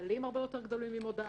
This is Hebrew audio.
בגדלים הרבה יותר גדולים ממודעה.